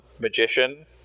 magician